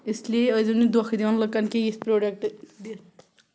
اِسلیے ٲسۍزیو نہٕ دھوکہٕ دِوان لُکَن کینٛہہ یِتھ پرٛوڈَکٹ دِتھ